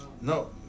No